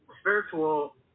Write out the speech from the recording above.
Spiritual